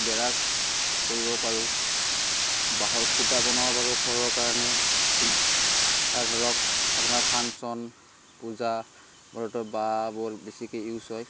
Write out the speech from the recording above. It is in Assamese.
বেৰা কৰিব পাৰোঁ বাঁহৰ খুঁটা বনাব পাৰোঁ ঘৰৰ কাৰণে আৰু ধৰক আপোনাৰ ফাংচন পূজা ঘৰতো বাঁহ বল বেছিকৈ ইউজ হয়